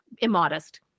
immodest